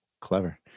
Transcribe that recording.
clever